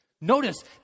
Notice